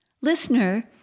Listener